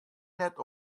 net